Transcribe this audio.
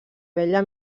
vella